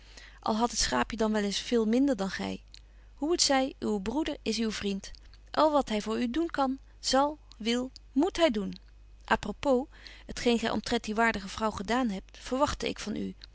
al hadt het schaapje dan eens veel minder dan gy hoe het zy uw broeder is uw vriend al wat hy voor u doen kan zal wil moet hy doen à propos het geen gy omtrent die waardige vrouw gedaan hebt verwagtte ik van u